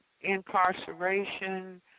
incarceration